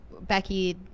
becky